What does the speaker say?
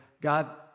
God